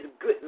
good